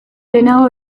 lehenago